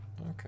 okay